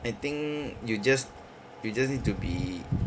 I think you just you just need to be